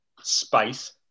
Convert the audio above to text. Space